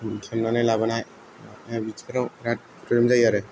खेबनानै लाबोनाय बिदिफोराव बिराद प्रब्लेम जायो आरो